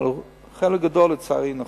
אבל חלק גדול, לצערי, נכון.